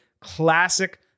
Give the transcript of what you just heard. classic